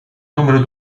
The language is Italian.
numero